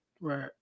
Right